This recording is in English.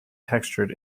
textured